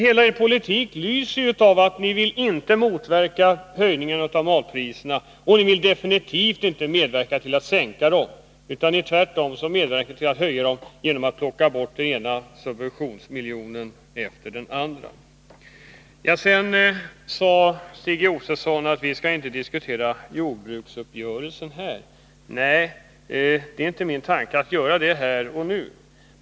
Hela er politik lyser av att ni inte vill motverka en höjning av matpriserna och definitivt inte vill medverka till att sänka dem -— utan tvärtom vill medverka till att höja dem genom att plocka bort den ena subventionsmiljonen efter den andra. Stig Josefson sade att vi inte skall diskutera jordbruksuppgörelsen. Nej, det är inte min tanke att göra det här och nu.